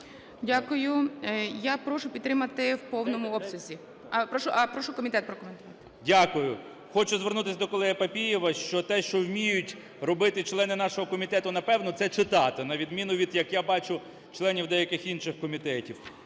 Дякую. Я прошу підтримати в повному обсязі. А?! Прошу комітет прокоментувати. 16:21:01 КНЯЖИЦЬКИЙ М.Л. Дякую. Хочу звернутися до колеги Папієва, що те, що вміють робити члени нашого комітету, напевно, – це читати, на відміну від, як я бачу, членів деяких інших комітетів.